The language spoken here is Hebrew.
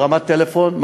בהרמת טלפון,